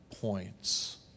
points